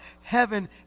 Heaven